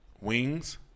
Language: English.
wings